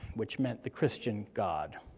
which meant the christian god.